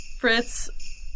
Fritz